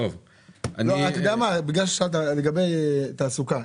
לגבי תעסוקה,